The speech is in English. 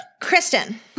Kristen